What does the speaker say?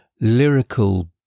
lyrical